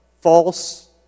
false